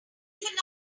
nothing